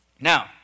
Now